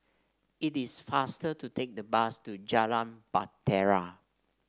it is faster to take the bus to Jalan Bahtera